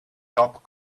top